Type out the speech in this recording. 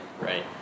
right